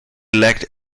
lacked